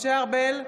משה ארבל,